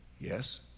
Yes